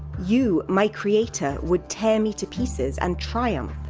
you, my creator, would tear me to pieces and triumph